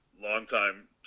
longtime